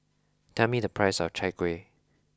tell me the price of Chai Kueh